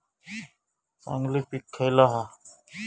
चांगली पीक खयला हा?